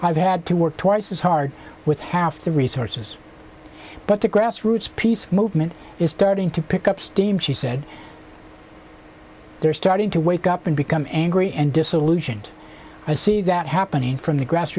i've had to work twice as hard with half the resources but the grassroots peace movement is starting to pick up steam she said they're starting to wake up and become angry and disillusioned i see that happening from the grass